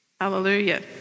Hallelujah